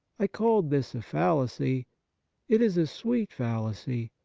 i called this a fallacy it is a sweet fallacy,